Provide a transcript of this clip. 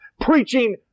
preaching